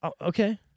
Okay